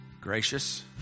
gracious